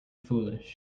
foolish